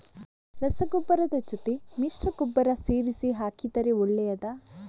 ರಸಗೊಬ್ಬರದ ಜೊತೆ ಮಿಶ್ರ ಗೊಬ್ಬರ ಸೇರಿಸಿ ಹಾಕಿದರೆ ಒಳ್ಳೆಯದಾ?